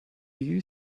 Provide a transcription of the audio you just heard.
you